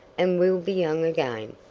and we'll be young again.